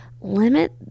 limit